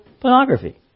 pornography